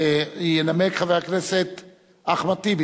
ינמק חבר הכנסת אחמד טיבי.